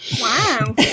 Wow